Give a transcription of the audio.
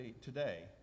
today